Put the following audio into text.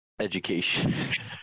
education